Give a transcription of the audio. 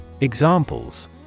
Examples